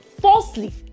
falsely